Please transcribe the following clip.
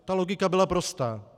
Ta logika byla prostá.